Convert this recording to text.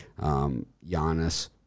Giannis